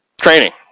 training